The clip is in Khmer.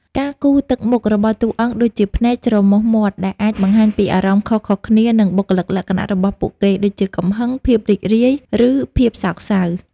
ការគូរទឹកមុខរបស់តួអង្គដូចជាភ្នែក ច្រមុះ មាត់ ដែលអាចបង្ហាញពីអារម្មណ៍ខុសៗគ្នា និងបុគ្គលិកលក្ខណៈរបស់ពួកគេ ដូចជាកំហឹង ភាពរីករាយ ឬភាពសោកសៅ។